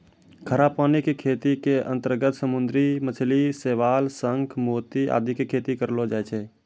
खारा पानी के खेती के अंतर्गत समुद्री मछली, शैवाल, शंख, मोती आदि के खेती करलो जाय छै